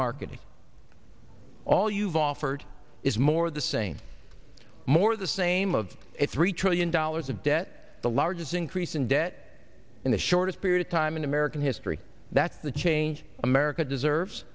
marketing all you've offered is more of the same more the same of it's three trillion dollars of debt the largest increase in debt in the shortest period of time in american history that's the change america deserves